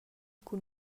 cun